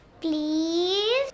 Please